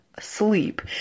sleep